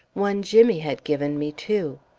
one jimmy had given me, too!